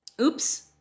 Oops